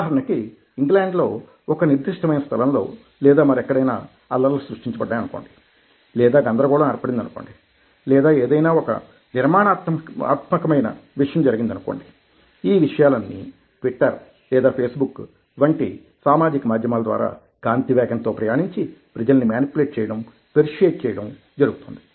ఉదాహరణకి ఇంగ్లాండ్లో ఒక నిర్దిష్టమైన స్థలంలో లేదా మరెక్కడైనా అల్లర్లు సృష్టించబడ్డాయి అనుకోండి లేదా గందరగోళం ఏర్పడింది అనుకోండి లేదా ఏదైనా ఒక నిర్మాణాత్మకమైన విషయం జరిగిందనుకోండి ఈ విషయాలన్నీ ట్విట్టర్ లేదా ఫేస్బుక్ వంటి సామాజిక మాధ్యమాల ద్వారా కాంతివేగంతో ప్రయాణించి ప్రజల్ని మేనిప్యులేట్ చేయడం పెర్స్యుయేడ్ చేయడం జరుగుతోంది